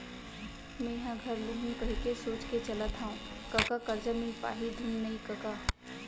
मेंहा घर लुहूं कहिके सोच के चलत हँव कका करजा मिल पाही धुन नइ कका